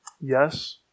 Yes